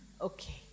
Okay